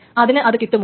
അതിന് അത് കിട്ടുമോ